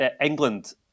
England